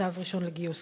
צו ראשון לגיוס,